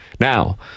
Now